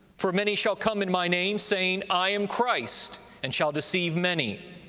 for many shall come in my name, saying, i am christ and shall deceive many.